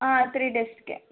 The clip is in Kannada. ಹಾಂ ತ್ರೀ ಡೇಸ್ಗೆ